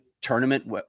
tournament